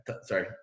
Sorry